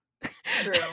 True